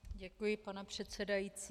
Děkuji, pane předsedající.